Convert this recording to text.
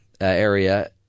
area